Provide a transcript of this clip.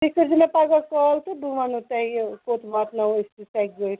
تُہۍ کٔرۍ زیٛو مے پگاہ کال تہٕ بہٕ وَنو تۄہہِ یہِ کوٚت واتناوو أسۍ یہِ سیٚکہِ گٲڑۍ